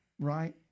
Right